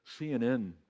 CNN